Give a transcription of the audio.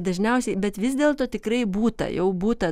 dažniausiai bet vis dėlto tikrai būta jau būta